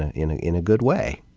in in a good way.